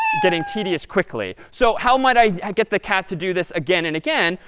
getting tedious quickly. so how might i get the cat to do this again and again?